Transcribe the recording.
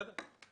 בסדר.